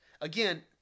Again